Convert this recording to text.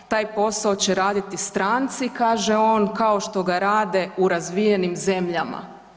Taj posao će raditi stranci kaže on, kao što ga rade u razvijenim zemljama.